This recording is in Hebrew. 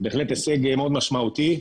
בהחלט הישג מאוד משמעותי.